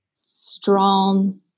strong